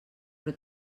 però